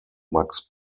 max